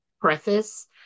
preface